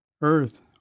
Earth